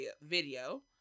video